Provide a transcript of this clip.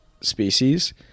species